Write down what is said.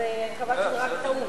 אז אני מקווה שזו רק טעות.